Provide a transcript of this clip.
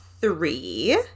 three